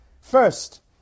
First